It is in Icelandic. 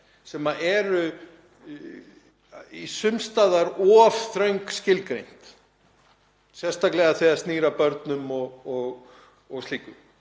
sem eru sums staðar of þröngt skilgreind, sérstaklega það sem snýr að börnum og slíku.